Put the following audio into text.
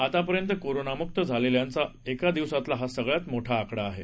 आतापर्यंत कोरोनामुक्त झालेल्यांचा एका दिवसातला हा सगळ्यात मोठा आकडा आहे